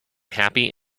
happy